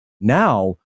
Now